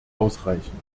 ausreichend